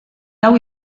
lau